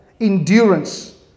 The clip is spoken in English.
endurance